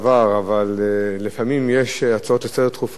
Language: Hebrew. אבל לפעמים יש הצעות דחופות לסדר-היום